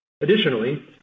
Additionally